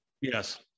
Yes